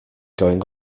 going